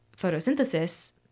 photosynthesis